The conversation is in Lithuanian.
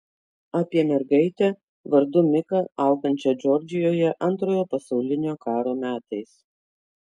apie mergaitę vardu miką augančią džordžijoje antrojo pasaulinio karo metais